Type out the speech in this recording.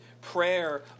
prayer